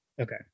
okay